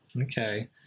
Okay